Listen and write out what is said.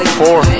four